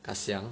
ka xiang